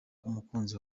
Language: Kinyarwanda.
umukunzi